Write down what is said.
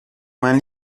mains